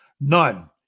None